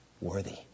worthy